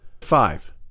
Five